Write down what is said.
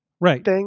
Right